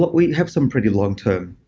we have some pretty long term,